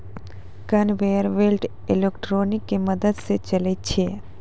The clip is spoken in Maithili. कनवेयर बेल्ट इलेक्ट्रिक के मदद स चलै छै